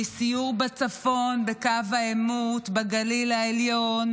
מסיור בצפון בקו העימות, בגליל העליון,